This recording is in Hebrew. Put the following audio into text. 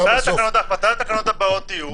מתי התקנות הבאות יהיו?